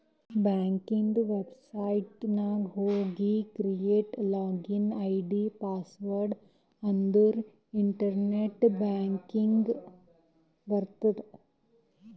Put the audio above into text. ಬ್ಯಾಂಕದು ವೆಬ್ಸೈಟ್ ನಾಗ್ ಹೋಗಿ ಕ್ರಿಯೇಟ್ ಲಾಗಿನ್ ಐ.ಡಿ, ಪಾಸ್ವರ್ಡ್ ಅಂದುರ್ ಇಂಟರ್ನೆಟ್ ಬ್ಯಾಂಕಿಂಗ್ ಬರ್ತುದ್